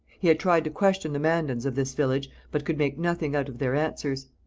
he had tried to question the mandans of this village, but could make nothing out of their answers.